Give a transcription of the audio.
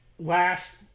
Last